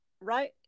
right